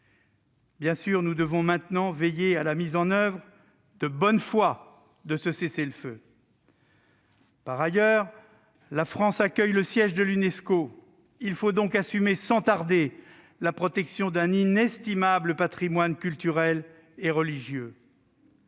conflit. Nous devons maintenant veiller à la mise en oeuvre de bonne foi de ce cessez-le-feu. Par ailleurs, la France accueille le siège de l'Unesco : il faut donc assurer sans tarder la protection d'un inestimable patrimoine culturel et religieux.